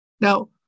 Now